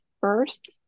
first